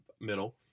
middle